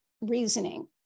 reasoning